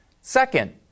Second